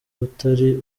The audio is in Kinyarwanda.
utari